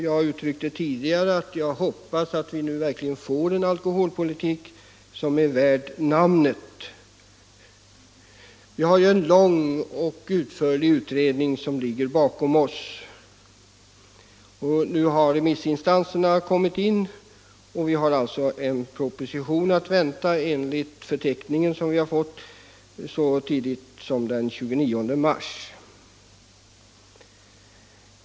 Jag har tidigare uttryckt att jag hoppas att vi nu verkligen får en alkoholpolitik värd namnet. Vi har en lång och utförlig utredning bakom oss. Nu har remissvaren kommit in, och enligt den förteckning vi fått har vi en proposition att vänta så tidigt som den 29 mars.